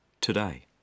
today